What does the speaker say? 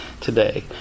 today